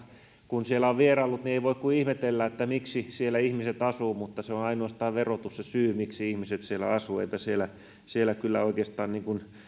kun siellä on vieraillut niin ei voi kuin ihmetellä miksi siellä ihmiset asuvat mutta ainoastaan verotus on se syy miksi ihmiset siellä asuvat eipä siellä siellä kyllä oikeastaan